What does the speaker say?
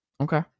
Okay